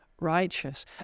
righteous